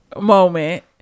moment